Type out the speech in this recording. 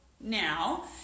now